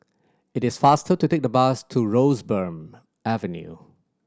it is faster to take the bus to Roseburn Avenue